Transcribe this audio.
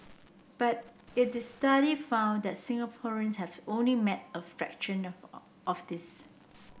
but it is study found that Singaporeans have only met a fraction of of this